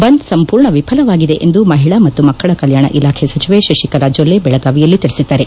ಬಂದ್ ಸಂಪೂರ್ಣ ವಿಫಲವಾಗಿದೆ ಎಂದು ಮಹಿಳಾ ಮತ್ತು ಮಕ್ಕಳ ಕಲ್ಕಾಣ ಇಲಾಖೆ ಸಚಿವೆ ಶಶಿಕಲಾ ಜೊಲ್ಲೆ ಬೆಳಗಾವಿಯಲ್ಲಿ ತಿಳಿಸಿದ್ದಾರೆ